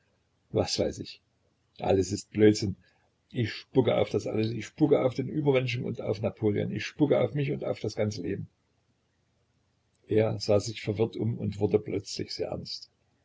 was weiß ich alles ist blödsinn ich spucke auf das alles ich spucke auf den übermenschen und auf napoleon ich spucke auf mich und das ganze leben er sah sich verwirrt um und wurde plötzlich sehr ernst